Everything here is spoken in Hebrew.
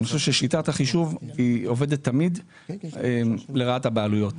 אני חושב ששיטת החישוב עובדת תמיד לרעת הבעלויות.